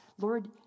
Lord